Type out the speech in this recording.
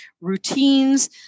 routines